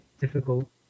difficult